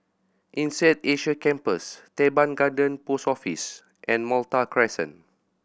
INSEAD Asia Campus Teban Garden Post Office and Malta Crescent